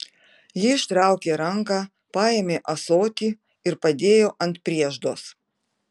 ji ištraukė ranką paėmė ąsotį ir padėjo ant prieždos